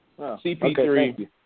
CP3